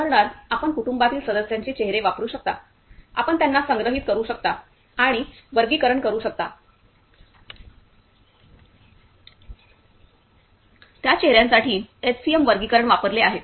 उदाहरणार्थ आपण कुटुंबातील सदस्यांचे चेहरे वापरू शकता आपण त्यांना संग्रहित करू शकता आणि वर्गीकरण करू शकता त्या चेहर्यासाठी एचसीएम वर्गीकरण वापरले आहे